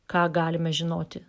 ką galime žinoti